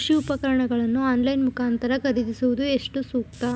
ಕೃಷಿ ಉಪಕರಣಗಳನ್ನು ಆನ್ಲೈನ್ ಮುಖಾಂತರ ಖರೀದಿಸುವುದು ಎಷ್ಟು ಸೂಕ್ತ?